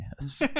yes